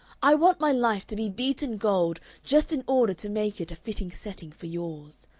i want my life to be beaten gold just in order to make it a fitting setting for yours.